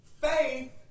Faith